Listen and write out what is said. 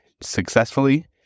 successfully